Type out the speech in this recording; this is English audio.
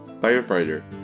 firefighter